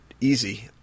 easy